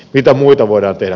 mitä muuta voidaan tehdä